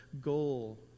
goal